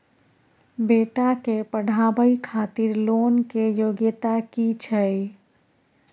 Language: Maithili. बेटा के पढाबै खातिर लोन के योग्यता कि छै